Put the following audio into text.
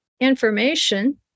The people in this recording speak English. information